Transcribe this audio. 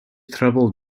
troubled